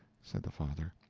said the father.